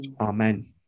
Amen